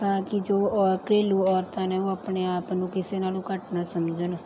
ਤਾਂ ਕਿ ਜੋ ਉਹ ਘਰੇਲੂ ਔਰਤਾਂ ਨੇ ਉਹ ਆਪਣੇ ਆਪ ਨੂੰ ਕਿਸੇ ਨਾਲੋਂ ਘੱਟ ਨਾ ਸਮਝਣ